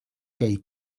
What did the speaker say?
cage